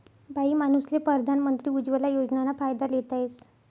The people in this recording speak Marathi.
बाईमानूसले परधान मंत्री उज्वला योजनाना फायदा लेता येस